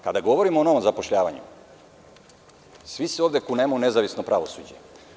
Kada govorim o novom zapošljavanju, svi se ovde kunemo u nezavisno pravosuđe.